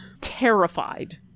terrified